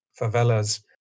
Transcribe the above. favelas